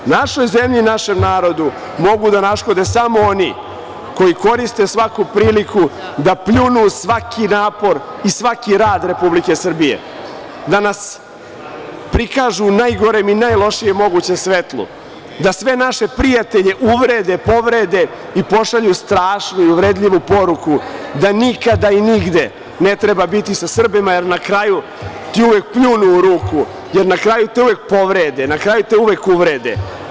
Našoj zemlji i našem narodu mogu da naškode samo oni koji koriste svaku priliku da pljunu svaki napor i svaki rad Republike Srbije, da nas prikažu u najgorem i najlošijem svetlu, da sve naše prijatelje uvrede, povrede i pošalju strašnu i uvredljivu poruku da nikada i nigde ne treba biti sa Srbima, jer ti na kraju uvek pljunu u ruku, jer na kraju te uvek povrede, na kraju te uvek uvrede.